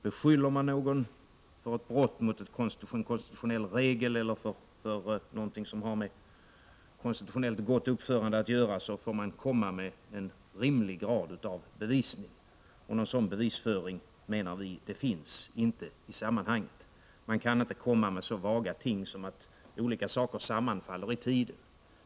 Beskyller man någon för brott mot en konstitutionell regel eller någonting som har med konstitutionellt gott uppförande att göra, får man förete rimlig grad av bevisning. Någon sådan bevisning finns inte i sammanhanget, menar vi. Man kan inte komma med så vaga ting som att olika saker sammanfaller i tiden.